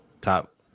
top